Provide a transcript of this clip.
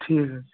ٹھیٖک حظ چھُ